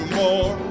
more